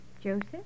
Joseph